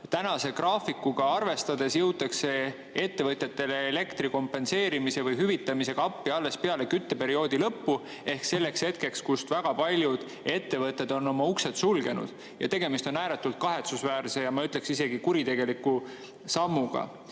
Tänase graafikuga arvestades jõutakse ettevõtjatele elektri kompenseerimise või hüvitamisega appi alles peale kütteperioodi lõppu ehk selleks hetkeks, kui väga paljud ettevõtted on oma uksed sulgenud. Tegemist on ääretult kahetsusväärse ja ma ütleksin, et isegi kuritegeliku sammuga.